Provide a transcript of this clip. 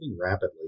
rapidly